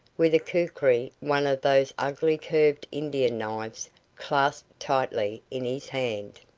with a kukri one of those ugly curved indian knives clasped tightly in his hand.